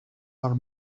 are